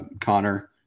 Connor